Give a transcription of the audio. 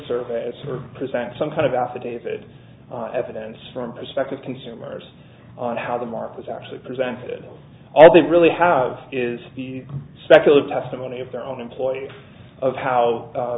surveys or present some kind of affidavit evidence from perspective consumers on how the mark was actually presented all they really have is the speculative testimony of their own employees of how